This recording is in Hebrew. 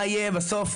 מה יהיה בסוף.